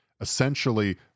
essentially